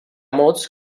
mots